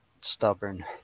stubborn